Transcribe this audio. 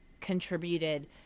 contributed